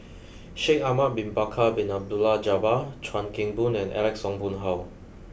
Shaikh Ahmad Bin Bakar Bin Abdullah Jabbar Chuan Keng Boon and Alex Ong Boon Hau